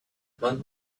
want